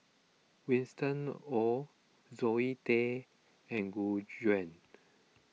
Winston Oh Zoe Tay and Gu Juan